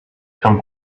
come